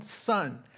son